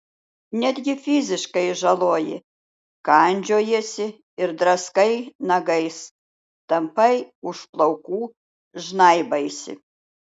netgi fiziškai žaloji kandžiojiesi ir draskai nagais tampai už plaukų žnaibaisi